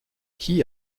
qui